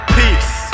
peace